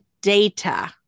data